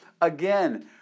Again